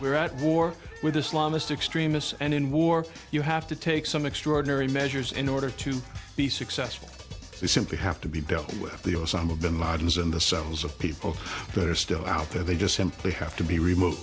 we're at war with islamist extremists and in war you have to take some extraordinary measures in order to be successful we simply have to be dealt with the osama bin ladens and the sons of people that are still out there they just simply have to be removed